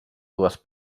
dues